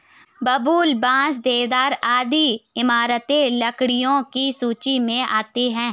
बबूल, बांस, देवदार आदि इमारती लकड़ियों की सूची मे आती है